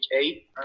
Eight